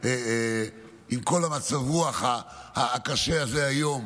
עם כל מצב הרוח הקשה הזה היום,